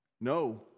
No